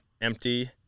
empty